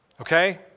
Okay